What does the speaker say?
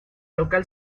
local